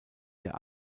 der